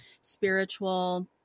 spiritual